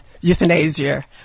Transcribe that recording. euthanasia